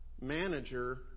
manager